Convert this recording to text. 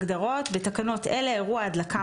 הגדרות בתקנות אלה "אירוע ההדלקה